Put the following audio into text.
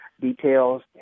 details